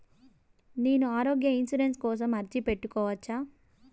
నేను ఆరోగ్య ఇన్సూరెన్సు కోసం అర్జీ పెట్టుకోవచ్చా?